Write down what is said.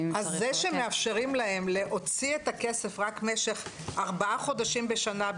אז זה שמאפשרים להם להוציא את הכסף רק במשך ארבעה חודשים בשנה,